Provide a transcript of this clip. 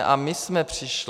A my jsme přišli.